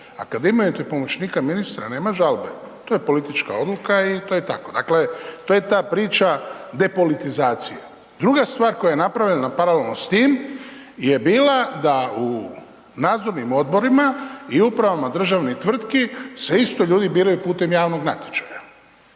A kada imate pomoćnika ministra, nema žalbe, to je politička odluka i to je tako. Dakle, to je ta priča depolitizacije. Druga stvar koja je napravljena paralelno s tim, je bila da u nadzornim odborima i upravama državnih tvrtki se isto ljudi biraju putem javnog natječaja.